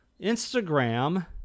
Instagram